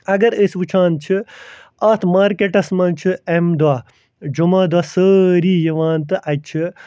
اگر ٲسۍ وٕچھان چھِ اَتھ مارکٮ۪ٹس منٛز چھِ اَمہِ دۄہ جُمعہ دۄہ سٲری یِوان تہٕ اَتہِ چھِ